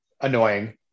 annoying